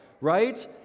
right